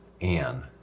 Anne